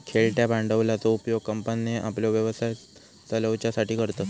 खेळत्या भांडवलाचो उपयोग कंपन्ये आपलो व्यवसाय चलवच्यासाठी करतत